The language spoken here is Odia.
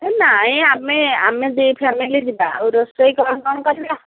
ନାଇଁ ଆମେ ଆମେ ଦ ଫ୍ୟାମିଲି ଯିବା ଆଉ ରୋଷେଇ କ'ଣ କ'ଣ କରିବା